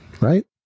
right